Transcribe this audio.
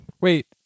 Wait